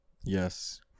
yes